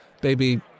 Baby